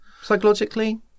psychologically